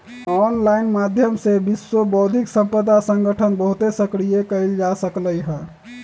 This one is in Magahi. ऑनलाइन माध्यम से विश्व बौद्धिक संपदा संगठन बहुते सक्रिय कएल जा सकलई ह